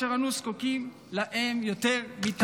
כאשר אנו זקוקים להם יותר מתמיד.